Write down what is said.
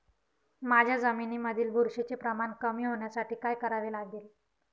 माझ्या जमिनीमधील बुरशीचे प्रमाण कमी होण्यासाठी काय करावे लागेल?